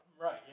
Right